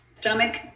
stomach